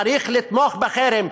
צריך לתמוך בחרם.